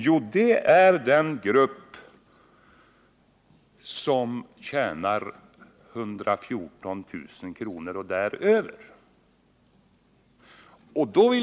Jo, den grupp som tjänar 114 000 kr. och däröver.